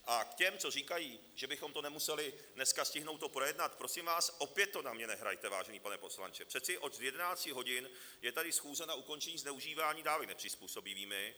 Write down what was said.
A k těm, co říkají, že bychom nemuseli dneska stihnout to projednat: prosím vás, opět to na mě nehrajte, vážený pane poslanče, přece od 11 hodin je tady schůze na ukončení zneužívání dávek nepřizpůsobivými.